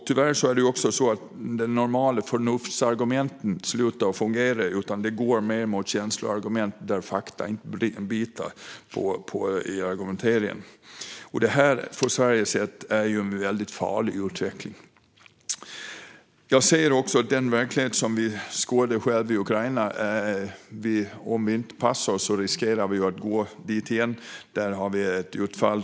Tyvärr är det också så att de normala förnuftsargumenten slutar att fungera, och det går mer mot känsloargument där fakta inte biter i argumenteringen. Detta är från Sveriges sida sett en farlig utveckling. Jag ser också den verklighet som vi själva kunde skåda i Ukraina. Om vi inte passar oss riskerar det att bli så igen.